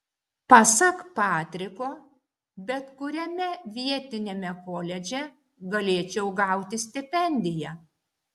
pasak patriko bet kuriame vietiniame koledže galėčiau gauti stipendiją